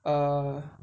err